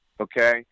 Okay